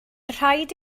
rhaid